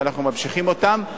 ואנחנו ממשיכים אותם.